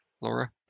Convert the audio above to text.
Laura